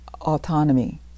autonomy